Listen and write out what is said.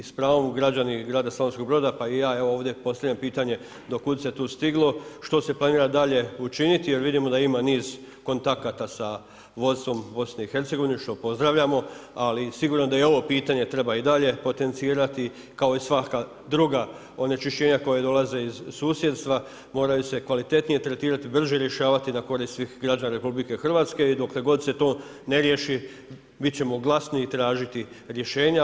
I s pravom građani Slavonskog Broda pa i ja evo ovdje postavljam pitanje do kuda se tu stiglo, što se planira dalje učiniti jer vidimo da ima niz kontakata sa vodstvom BiH što pozdravljamo, ali sigurno da i ovo pitanje treba i dalje potencirati kao i svaka druga onečišćenja koja dolaze iz susjedstva moraju se kvalitetnije tretirati, brže rješavati na korist svih građana RH i dokle se to ne riješi bit ćemo glasni i tražiti rješenja.